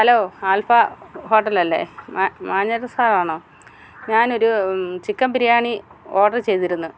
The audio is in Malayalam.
ഹാലോ ആൽഫാ ഹോട്ടൽ അല്ലേ മാനേജർ സാറാണോ ഞാൻ ഒരു ചിക്കൻ ബിരിയാണി ഓഡർ ചെയ്തിരുന്നു